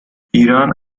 ایران